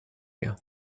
you